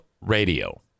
radio